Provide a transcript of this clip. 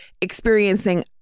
experiencing